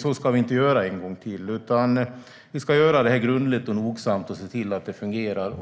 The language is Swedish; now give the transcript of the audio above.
Så ska vi inte göra en gång till, utan vi ska göra detta grundligt och nogsamt och se till att det fungerar.